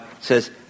says